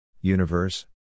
universe